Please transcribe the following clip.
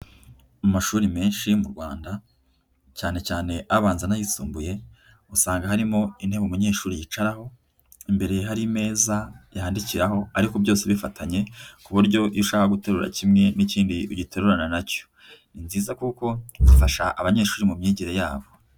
Mu mashuri menshi mu Rwanda, cyane cyane abanza n'ayisumbuye, usanga harimo intebe umunyeshuri yicaraho, imbere hari imeza yandikiraho, ariko byose bifatanye; ku buryo iyo ushaka guterura kimwe n'ikindi ugiterurana na cyo. Ni nziza kuko ifasha abanyeshuri mu myigire yabo.